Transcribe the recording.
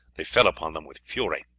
they fell upon them with fury.